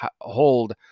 hold